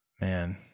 man